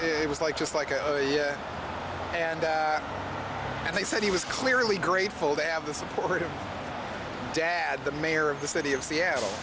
it was like just like oh yeah and they said he was clearly grateful to have the support of dad the mayor of the city of seattle